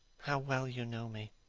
how well you know me!